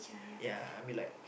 yeah I mean like